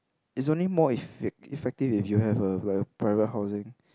is only more effect~ effective if you have a a private housing